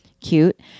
Cute